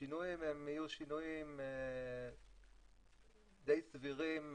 השינויים הם יהיו שינויים די סבירים,